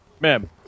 Ma'am